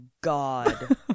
God